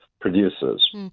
producers